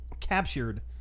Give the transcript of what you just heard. captured